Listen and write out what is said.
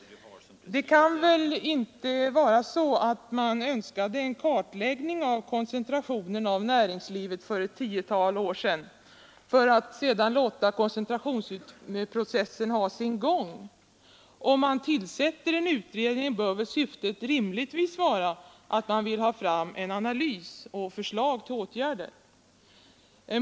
Det kan väl inte vara så att man bara önskade en kartläggning av koncentrationen av näringslivet för ett tiotal år sedan för att sedan låta koncentrationsprocessen ha sin gång? Om man tillsätter en utredning bör väl syftet rimligtvis vara att man vill ha fram en analys och förslag till åtgärder.